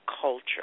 culture